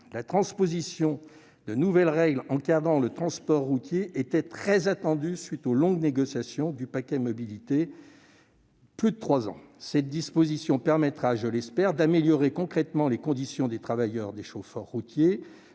la transposition des nouvelles règles encadrant le transport routier était très attendue, à la suite des longues négociations relatives au paquet mobilité, qui ont duré plus de trois ans. Cette disposition permettra, je l'espère, d'améliorer concrètement les conditions de travail des chauffeurs routiers,